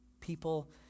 People